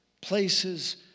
Places